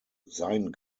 sein